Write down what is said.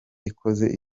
ikoze